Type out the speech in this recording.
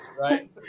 right